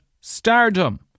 stardom